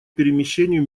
перемещению